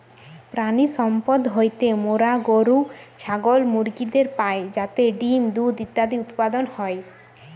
প্রাণিসম্পদ হইতে মোরা গরু, ছাগল, মুরগিদের পাই যাতে ডিম্, দুধ ইত্যাদি উৎপাদন হয়